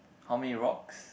how many rocks